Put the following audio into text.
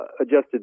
adjusted